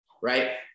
right